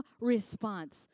response